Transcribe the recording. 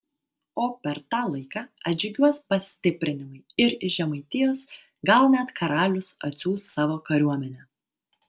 o per tą laiką atžygiuos pastiprinimai ir iš žemaitijos gal net karalius atsiųs savo kariuomenę